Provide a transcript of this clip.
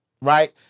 right